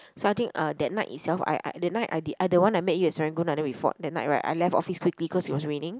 so I think uh that night itself I I that night I did that one I met you at Serangoon then we fought that night right I left the office quickly cause it was raining